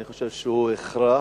אני חושב שהוא הכרח,